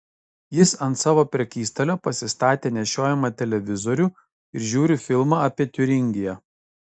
jis ant savo prekystalio pasistatė nešiojamą televizorių ir žiūri filmą apie tiuringiją